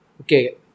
Okay